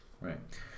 Right